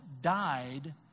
died